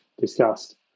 discussed